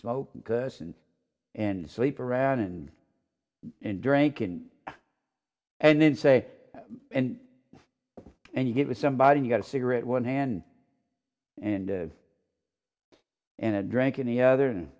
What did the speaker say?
smoke and sleep around and and drinking and then say and and you get with somebody you got a cigarette one hand and and a drink in the other